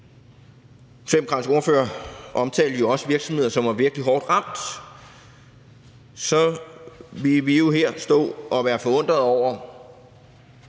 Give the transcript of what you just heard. ordfører også har omtalt virksomheder, som er virkelig hårdt ramt, så vil vi jo stå her og være forundret over,